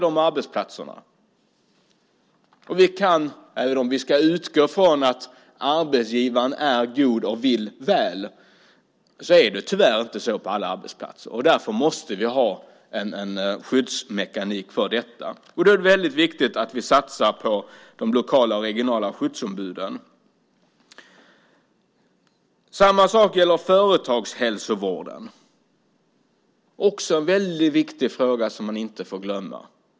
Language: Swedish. De arbetsplatserna är lika viktiga. Vi ska utgå från att arbetsgivaren är god och vill väl. Men det är, tyvärr, inte så på alla arbetsplatser. Därför måste vi ha en skyddsmekanik för detta. Då är det väldigt viktigt att vi satsar på lokala och regionala skyddsombud. På samma sätt är det med företagshälsovården som också är en väldigt viktig fråga som man inte får glömma.